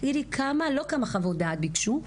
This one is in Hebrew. לא כמה חוות דעת ביקשו,